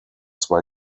zwei